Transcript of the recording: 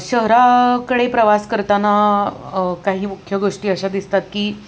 शहराकडे प्रवास करताना काही मुख्य गोष्टी अशा दिसतात की